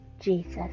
Jesus